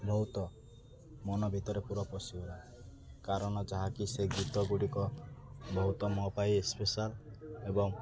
ବହୁତ ମନ ଭିତରେ ପୁରା ପଶିଗଲା କାରଣ ଯାହାକି ସେ ଗୀତ ଗୁଡ଼ିକ ବହୁତ ମୋ ପାଇଁ ସ୍ପେଶାଲ୍ ଏବଂ